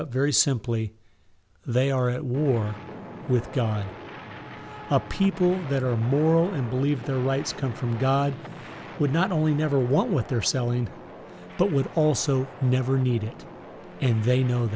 up very simply they are at war with god a people that are moral and believe their rights come from god would not only never want what they're selling but would also never need it and they know